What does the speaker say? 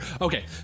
Okay